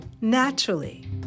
naturally